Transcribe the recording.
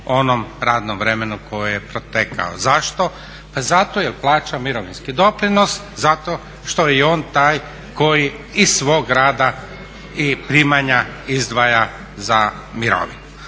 onom radnom vremenu koje je protekao. Zašto? Pa zato jer plaća mirovinski doprinos, zato što je i on taj koji iz svog rada i primanja izdvaja za mirovinu.